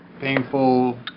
painful